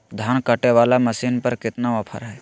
धान कटे बाला मसीन पर कितना ऑफर हाय?